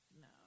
no